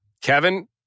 Kevin